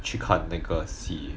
去看那个戏